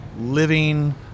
living